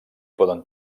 poden